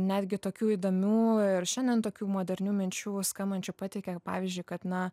netgi tokių įdomių ir šiandien tokių modernių minčių skambančių pateikė pavyzdžiui kad na